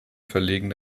verlegen